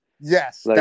Yes